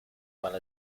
well